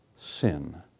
sin